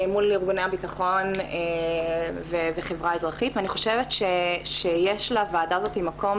מול ארגוני הבטחון וחברה אזרחית ואני חושבת שיש לוועדה הזאת מקום